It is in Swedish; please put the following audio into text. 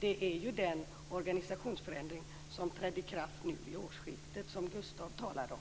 är ju den organisationsförändring som trädde i kraft nu vid årsskiftet, som Gustaf talade om.